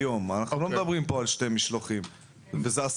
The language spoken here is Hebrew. את הטיעון הזה הזה אני לא מבינה בכלל.